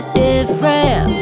different